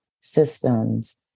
systems